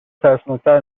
ترسناکتر